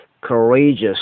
courageous